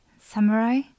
samurai